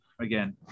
again